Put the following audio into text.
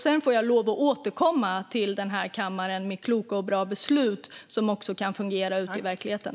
Sedan får jag lov att återkomma till den här kammaren med kloka och bra förslag till beslut som också kan fungera ute i verkligheten.